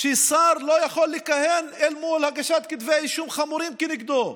ששר לא יכול לכהן אל מול הגשת כתבי אישום חמורים כנגדו,